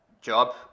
job